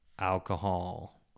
alcohol